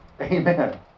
Amen